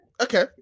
okay